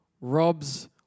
robs